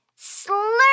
Slurp